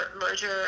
merger